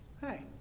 Hi